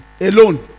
alone